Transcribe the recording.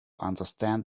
understand